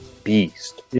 Beast